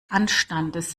anstandes